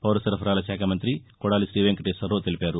పౌరసరఫరాలశాఖ మంతి కొదాలి శ్రీవెంకటేశ్వరరావు తెలిపారు